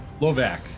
Lovac